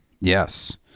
Yes